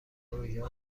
پروژه